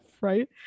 Right